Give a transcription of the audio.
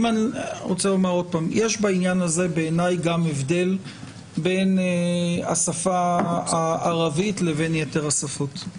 יש בעניין הזה בעיני גם הבדל בין השפה הערבית לבין יתר השפות,